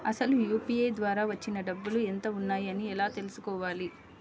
అసలు యూ.పీ.ఐ ద్వార వచ్చిన డబ్బులు ఎంత వున్నాయి అని ఎలా తెలుసుకోవాలి?